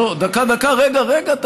אבל יש, דקה, דקה, רגע, רגע.